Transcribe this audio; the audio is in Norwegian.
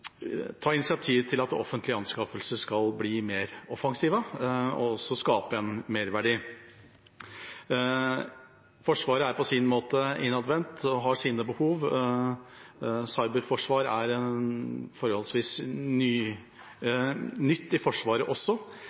ta initiativ til at offentlige anskaffelser skal bli mer offensive og også skape en merverdi. Forsvaret er på sin måte innadvendt og har sine behov. Cyberforsvar er forholdsvis nytt i Forsvaret også,